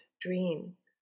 dreams